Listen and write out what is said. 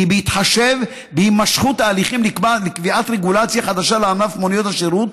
כי בהתחשב בהימשכות ההליכים לקביעת רגולציה חדשה לענף מוניות השירות,